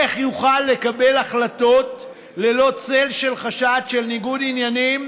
איך יוכל לקבל החלטות ללא צל של חשד לניגוד עניינים